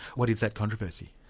what is that controversy?